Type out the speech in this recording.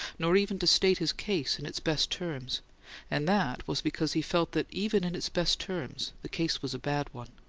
nor even to state his case in its best terms and that was because he felt that even in its best terms the case was a bad one.